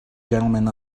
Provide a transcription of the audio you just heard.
gentlemen